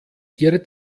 ihre